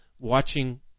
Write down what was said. watching